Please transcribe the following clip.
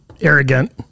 Arrogant